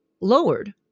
lowered